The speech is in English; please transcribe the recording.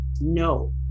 No